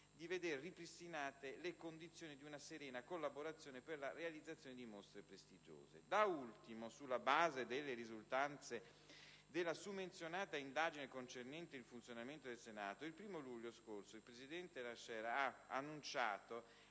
di veder ripristinate le condizioni di una serena collaborazione per la realizzazione di mostre prestigiose. Da ultimo, sulla base delle risultanze della summenzionata indagine concernente il funzionamento del Senato, il 1° luglio scorso il presidente Larcher ha annunciato